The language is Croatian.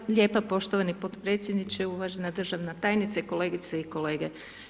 Hvala lijepa poštovani potpredsjedniče, uvažena državna tajnice, kolegice i kolege.